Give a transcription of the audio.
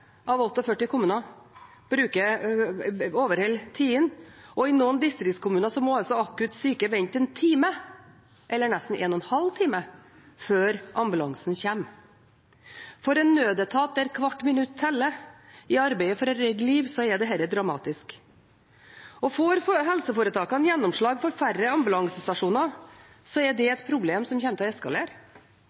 av 48 kommuner overholder tidene, og i noen distriktskommuner må akutt syke vente en time – eller nesten en og en halv time – før ambulansen kommer. For en nødetat der hvert minutt teller i arbeidet for å redde liv, er dette dramatisk. Får helseforetakene gjennomslag for færre ambulansestasjoner, er det et problem som kommer til å eskalere.